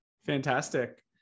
Fantastic